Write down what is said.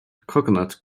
coconut